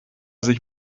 sich